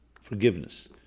forgiveness